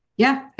yeah,